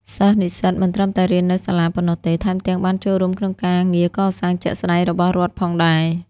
សិស្សនិស្សិតមិនត្រឹមតែរៀននៅសាលាប៉ុណ្ណោះទេ ថែមទាំងបានចូលរួមក្នុងការងារកសាងជាក់ស្តែងរបស់រដ្ឋផងដែរ។